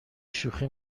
شوخی